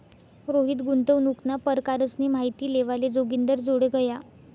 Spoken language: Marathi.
रोहित गुंतवणूकना परकारसनी माहिती लेवाले जोगिंदरजोडे गया